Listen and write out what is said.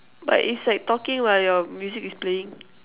but it's like talking while your music is playing